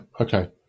okay